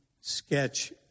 sketch